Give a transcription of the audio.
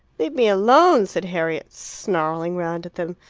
leave me alone! said harriet, snarling round at them.